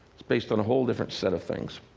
it's based on a whole different set of things.